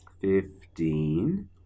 Fifteen